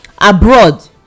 abroad